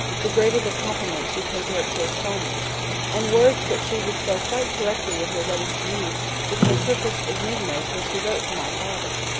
the greater the compliment she paid to her correspondent and words that she would spell quite correctly in her letters to me became perfect enigmas when she wrote to my father.